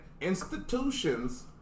institutions